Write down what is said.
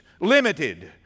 limited